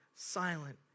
silent